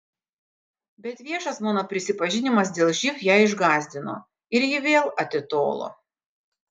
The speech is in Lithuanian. bet viešas mano prisipažinimas dėl živ ją išgąsdino ir ji vėl atitolo